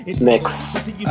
Mix